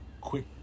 quick